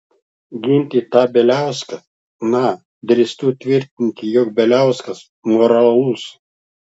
ginti tą bieliauską na drįstų tvirtinti jog bieliauskas moralus